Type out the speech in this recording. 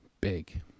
big